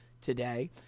today